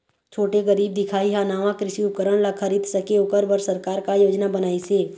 छोटे गरीब दिखाही हा नावा कृषि उपकरण ला खरीद सके ओकर बर सरकार का योजना बनाइसे?